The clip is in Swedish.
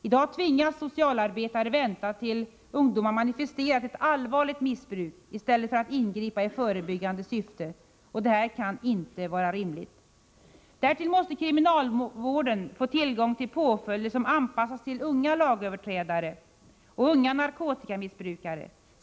I dag tvingas socialarbetare vänta tills ungdomar manifesterat ett allvarligt missbruk i stället för att ingripa i förebyggande syfte. Det kan inte vara rimligt. Därtill måste kriminalvården få tillgång till påföljder som anpassats till unga lagöverträdare och unga narkotikamissbrukare.